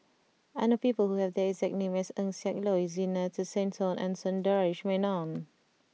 I know people who have the exact name as Eng Siak Loy Zena Tessensohn and Sundaresh Menon